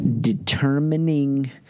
determining